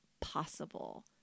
possible